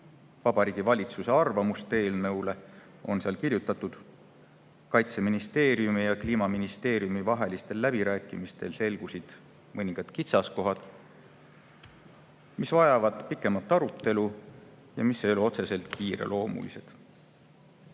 Vabariigi Valitsuse arvamust eelnõu kohta, siis [näeme, et] seal on kirjutatud, et Kaitseministeeriumi ja Kliimaministeeriumi vahelistel läbirääkimistel selgusid mõningad kitsaskohad, mis vajavad pikemat arutelu ja mis ei ole otseselt kiireloomulised.